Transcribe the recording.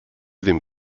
dem